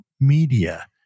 media